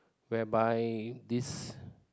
whereby this